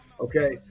Okay